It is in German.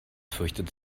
fürchtet